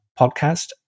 podcast